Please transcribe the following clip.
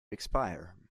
expire